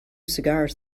cigars